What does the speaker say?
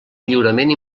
lliurament